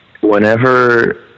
whenever